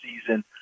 season